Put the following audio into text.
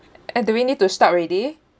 and do we need to stop already